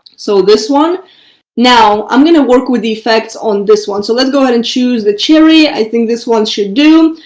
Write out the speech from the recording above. so this one now i'm going to work with the effects on this one. so let's go ahead and choose the cherry, i think this one should do.